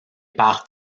par